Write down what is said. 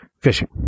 fishing